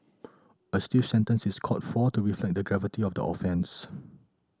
a stiff sentence is called for to reflect the gravity of the offences